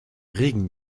regen